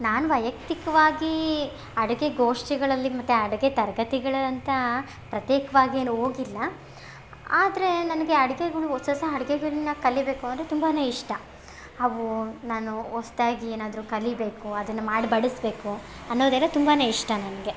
ನಾನು ವೈಯಕ್ತಿಕವಾಗಿ ಅಡುಗೆ ಗೋಷ್ಠಿಗಳಲ್ಲಿ ಮತ್ತು ಅಡುಗೆ ತರಗತಿಗಳಂಥ ಪ್ರತ್ಯೇಕವಾಗಿ ಏನು ಹೋಗಿಲ್ಲಾ ಆದರೆ ನನಗೆ ಅಡ್ಗೆಗಳ್ ಹೊಸ ಹೊಸ ಅಡುಗೆಗಳ್ನ ಕಲಿಬೇಕು ಅಂದರೆ ತುಂಬಾ ಇಷ್ಟ ಅವು ನಾನು ಹೊಸ್ದಾಗಿ ಏನಾದರೂ ಕಲಿಬೇಕು ಅದನ್ನು ಮಾಡಿ ಬಡಿಸ್ಬೇಕು ಅನ್ನೋದಂದರೆ ತುಂಬಾ ಇಷ್ಟ ನನಗೆ